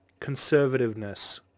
conservativeness